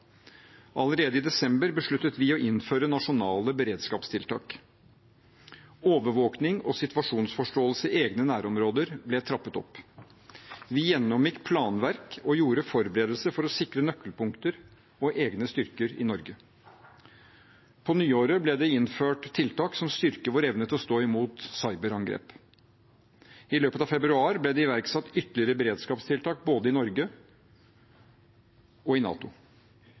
Allerede i desember besluttet vi å innføre nasjonale beredskapstiltak. Overvåkning og situasjonsforståelse i egne nærområder ble trappet opp. Vi gjennomgikk planverk og gjorde forberedelser for å sikre nøkkelpunkter og egne styrker i Norge. På nyåret ble det innført tiltak som styrker vår evne til å stå imot cyberangrep. I løpet av februar ble det iverksatt ytterligere beredskapstiltak, både i Norge og i NATO.